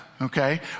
okay